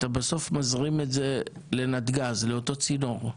אתה בסוף מזרים את זה לנתגז, לאותו צינור.